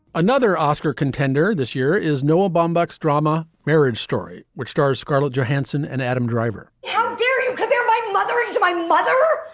another oscar contender this year is noah baumbach's drama marriage story, which stars scarlett johansson and adam driver how dare you condemn my mother to my mother.